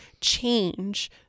change